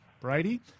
Brady